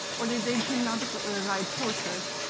or they they cannot ride horses